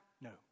No